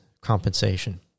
compensation